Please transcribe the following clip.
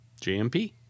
JMP